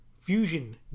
fusion